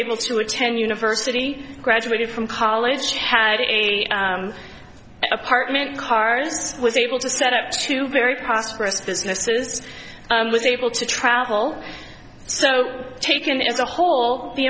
able to attend university graduated from college had only apartment cars was able to set up two very prosperous businesses was able to travel so taken as a whole the